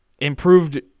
improved